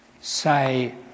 say